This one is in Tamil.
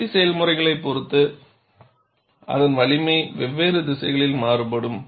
உற்பத்தி செயல்முறையைப் பொறுத்து அதன் வலிமை வெவ்வேறு திசைகளில் மாறுபடும்